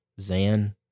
Zan